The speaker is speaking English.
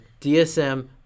DSM